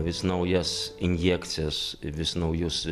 vis naujas injekcijas vis naujus